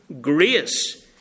grace